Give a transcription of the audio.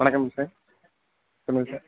வணக்கம்ங்க சார் சொல்லுங்கள் சார்